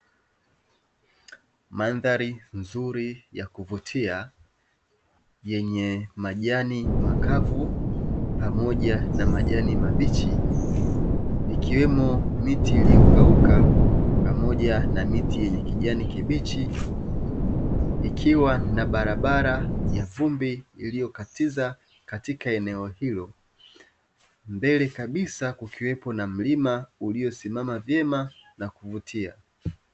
Mandhari nzuri ya kuvutia yenye majani makavu pamoja na majani mabichi ikiwemo miti iliyokauka pamoja na miti yenye kijani kibichi, ikiwa na barabara ya vumbi iliyokatiza katika eneo hilo mbele kabisa kukiwepo na mlima uliosimama vyema na kuvutia.